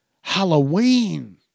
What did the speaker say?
Halloween